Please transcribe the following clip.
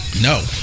no